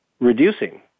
reducing